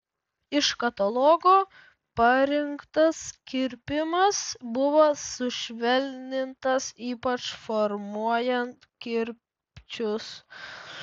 iš katalogo parinktas kirpimas buvo sušvelnintas ypač formuojant kirpčius